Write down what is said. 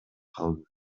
калды